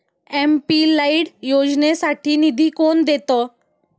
MP LAD योजनेसाठी निधी कोण देतं?